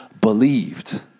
believed